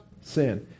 sin